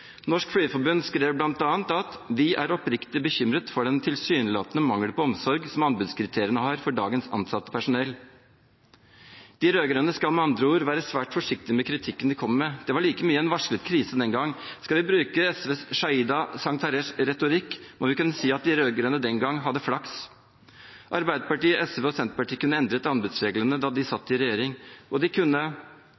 Norsk Flygerforbund skrev bl.a. at de var oppriktig bekymret for den tilsynelatende mangelen på omsorg som anbudskriteriene hadde for dagens ansatte personell. De rød-grønne skal med andre ord være svært forsiktige med kritikken de kommer med. Det var like mye en varslet krise den gang. Skal vi bruke SVs Sheida Sangtarashs retorikk, må vi kunne si at de rød-grønne den gang hadde flaks. Arbeiderpartiet, SV og Senterpartiet kunne ha endret anbudsreglene da de